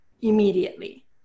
immediately